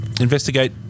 investigate